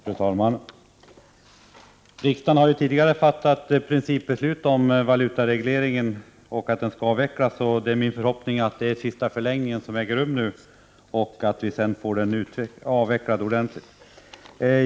Fru talman! Riksdagen har tidigare fattat principbeslut om att valutaregleringen skall avvecklas. Det är min förhoppning att det är den sista förlängningen som äger rum nu och att vi sedan får den avvecklad ordentligt.